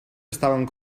estaven